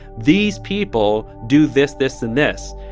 these people do this, this and this.